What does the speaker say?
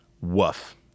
Woof